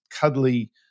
cuddly